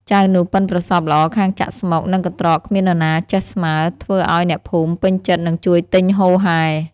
ចៅនោះប៉ិនប្រសប់ល្អខាងចាក់ស្មុគនិងកន្ត្រកគ្មាននរណាចេះស្មើ ធ្វើឱ្យអ្នកភូមិពេញចិត្តនិងជួយទិញហូរហែ។